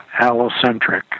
allocentric